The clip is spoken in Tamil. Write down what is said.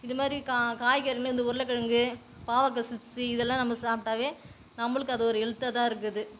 இது மாதிரி கா காய்கறிலேயும் வந்து உருளக்கிழங்கு பாவக்காய் சிப்ஸு இதெல்லாம் நம்ம சாப்பிட்டாவே நம்மளுக்கு அது ஒரு ஹெல்த்தா தான் இருக்குது